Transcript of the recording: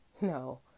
No